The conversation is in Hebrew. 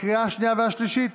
לקריאה השנייה והשלישית.